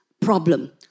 problem